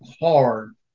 hard